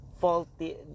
faulty